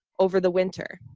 over the winter?